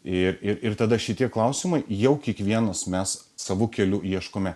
ir ir ir tada šitie klausimai jau kiekvienas mes savu keliu ieškome